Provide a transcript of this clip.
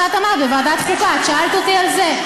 זה מה שאת אמרת, בוועדת חוקה, את שאלת אותי על זה.